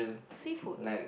seafood